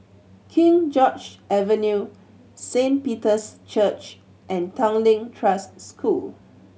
King George Avenue Saint Peter's Church and Tanglin Trust School